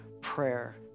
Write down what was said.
prayer